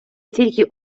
тільки